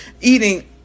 eating